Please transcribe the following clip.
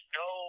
no –